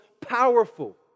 powerful